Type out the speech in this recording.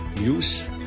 use